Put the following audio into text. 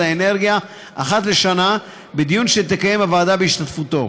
האנרגיה אחת לשנה בדיון שתקיים הוועדה בהשתתפותו.